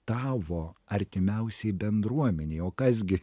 tavo artimiausiai bendruomenei o kas gi